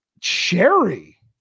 Cherry